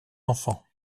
enfants